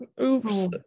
Oops